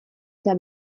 eta